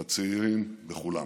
בצעירים, בכולם.